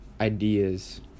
ideas